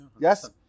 Yes